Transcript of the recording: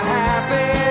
happy